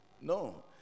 No